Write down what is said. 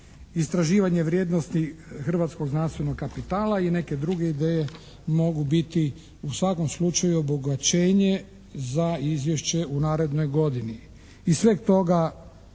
Istraživanje vrijednosti hrvatskog znanstvenog kapitala i neke druge ideje mogu biti u svakom slučaju obogaćenje za izvješće u narednoj godini.